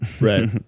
Right